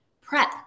prep